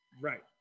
right